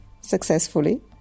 successfully